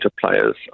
players